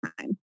time